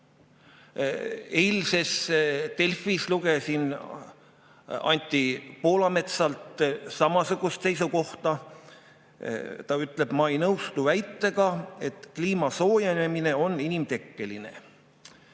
Eilsest Delfi artiklist lugesin Anti Poolametsalt samasugust seisukohta. Ta ütleb, et ta ei nõustu väitega, et kliima soojenemine on inimtekkeline.